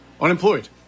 unemployed